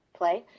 play